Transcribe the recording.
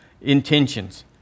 intentions